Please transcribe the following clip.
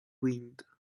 wind